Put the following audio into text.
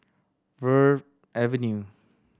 Verde Avenue